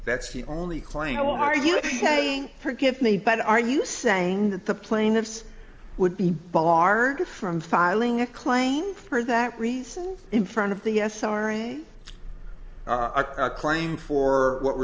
that's the only claim are you saying forgive me but are you saying that the plaintiffs would be barred from filing a claim for that reason in front of the sri i claim for what we're